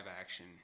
action